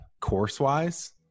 course-wise